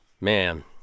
Man